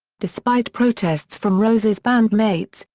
despite protests from rose's bandmates,